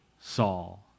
Saul